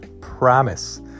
Promise